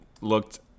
looked